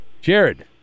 Jared